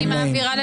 הצבעה לא אושרו.